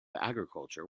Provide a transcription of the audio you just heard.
agriculture